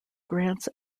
grants